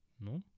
no